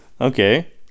Okay